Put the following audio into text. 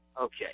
Okay